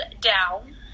down